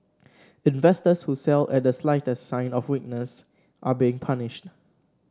investors who sell at the slightest sign of weakness are being punished